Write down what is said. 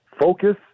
focus